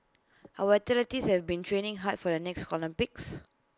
our athletes have been training hard for the next Olympics